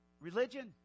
religion